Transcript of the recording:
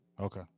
Okay